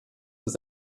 ist